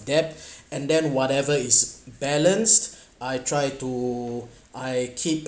debt and then whatever is balanced I try to I keep